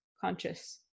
conscious